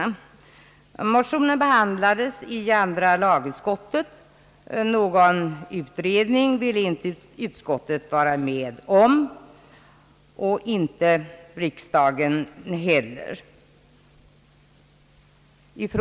Motionen behandlades i andra lagutskottet. Någon utredning ville inte utskottet liksom inte heller riksdagen gå med på.